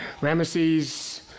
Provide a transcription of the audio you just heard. Ramesses